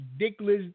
ridiculous